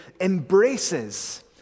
embraces